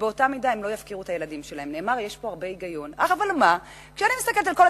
הם יאבדו את הקצבאות, ואז, אבל לקחתם לי זמן.